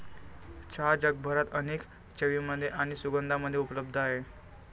चहा जगभरात अनेक चवींमध्ये आणि सुगंधांमध्ये उपलब्ध आहे